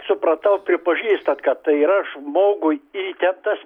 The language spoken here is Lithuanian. supratau pripažįstat kad tai yra žmogui įtemptas